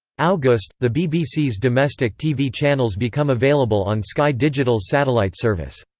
august the bbc's domestic tv channels become available on sky digital's satellite service.